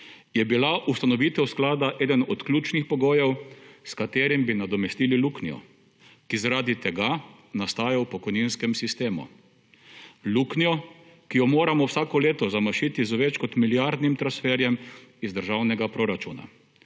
je bila ustanovitev sklada eden od ključnih pogojev s katerim bi nadomestili luknjo, ki zaradi tega nastaja v pokojninskem sistemu. Luknjo, ki jo moramo vsako leto zamašiti z več kot milijardnim transferjem iz državnega proračuna.